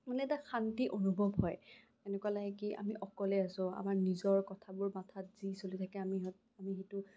মানে এটা শান্তি অনুভৱ হয় এনেকুৱা লাগে কি আমি অকলে আছোঁ আমাৰ নিজৰ কথাবোৰ মাথাত যি চলি থাকে আমি সেইটো